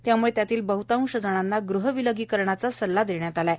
त्यामुळे त्यातील बहतांश जणांना गुह विलगीकरणाचा सल्ला देण्यात आला आहे